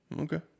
Okay